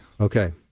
Okay